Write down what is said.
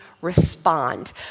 respond